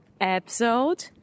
episode